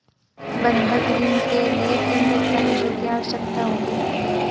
बंधक ऋण के लिए किन दस्तावेज़ों की आवश्यकता होगी?